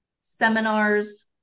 seminars